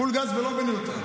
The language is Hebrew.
פול גז ולא בניוטרל.